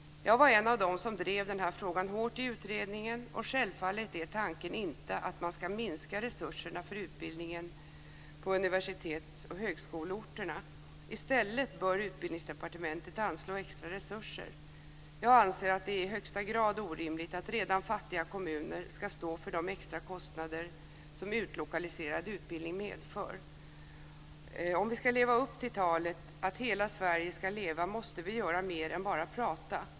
Jag var en av dem som drev den här frågan hårt i utredningen, och självfallet är tanken inte att man ska minska resurserna för utbildningen på universitetsoch högskoleorterna. I stället bör Utbildningsdepartementet anslå extra resurser. Jag anser att det är i högsta grad orimligt att redan fattiga kommuner ska stå för de extra kostnader som utlokaliserad utbildning medför. Om vi ska leva upp till talet om att Hela Sverige ska leva, måste vi göra mer än bara prata.